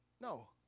No